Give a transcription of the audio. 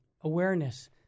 awareness